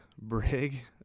Brig